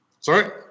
Sorry